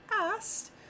asked